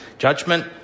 judgment